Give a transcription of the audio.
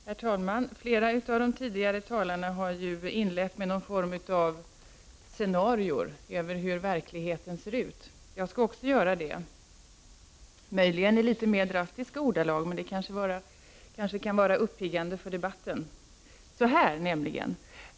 Herr talman! Flera av de tidigare talarna har inlett sina anföranden med någon form av scenarion över hur verkligheten ser ut. Jag skall också göra det, möjligen i litet mer drastiska ordalag, men det kanske kan vara uppiggande i debatten.